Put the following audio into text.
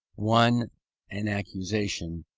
one an accusation,